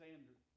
Andrew